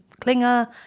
Klinger